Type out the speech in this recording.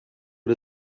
but